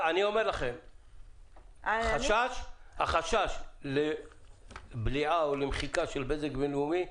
אני אומר לכם שהחשש לבליעה או למחיקה של בזק בינלאומי,